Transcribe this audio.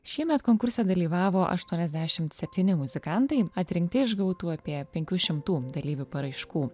šiemet konkurse dalyvavo aštuoniasdešimt septyni muzikantai atrinkti iš gautų apie penkių šimtų dalyvių paraiškų